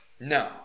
No